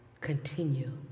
Continue